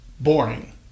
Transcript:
boring